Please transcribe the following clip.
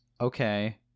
Okay